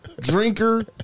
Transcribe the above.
drinker